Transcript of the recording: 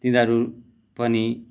तिनीहरू पनि